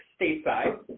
stateside